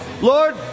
Lord